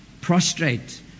Prostrate